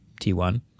T1